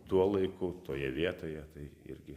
tuo laiku toje vietoje tai irgi